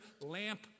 lamp